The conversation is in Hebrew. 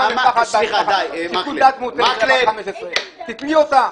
שיקול דעת מותנה של ילדה בת 15. תתלי אותה?